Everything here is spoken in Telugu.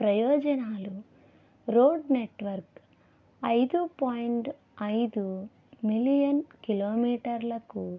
ప్రయోజనాలు రోడ్ నెట్వర్క్ ఐదు పాయింట్ ఐదు మిలియన్ కిలోమీటర్లకు